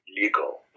legal